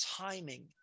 timing